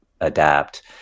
adapt